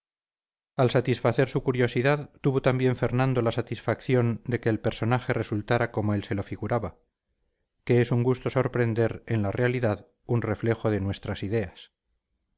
al satisfacer su curiosidad tuvo también fernando la satisfacción de que el personaje resultara como él se lo figuraba que es un gusto sorprender en la realidad un reflejo de nuestras ideas